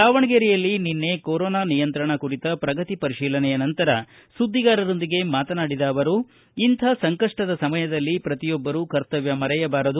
ದಾವಣಗೆರೆಯಲ್ಲಿ ನಿನ್ನೆ ಕೊರೋನಾ ನಿಯಂತ್ರಣ ಕುರಿತ ಪ್ರಗತಿ ಪರಿಶೀಲನೆಯ ನಂತರ ಸುದ್ದಿಗಾರರೊಂದಿಗೆ ಮಾತನಾಡಿದ ಅವರು ಇಂಥ ಸಂಕಷ್ಟದ ಸಮಯದಲ್ಲಿ ಪ್ರತಿಯೊಬ್ಬರು ಕರ್ತವ್ಯ ಮರೆಯಬಾರದು